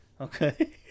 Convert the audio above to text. Okay